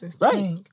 right